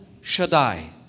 Shaddai